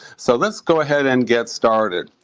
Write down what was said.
so let's go ahead and get started.